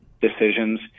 decisions